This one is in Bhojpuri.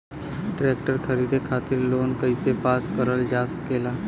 ट्रेक्टर खरीदे खातीर लोन कइसे पास करल जा सकेला?